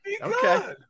Okay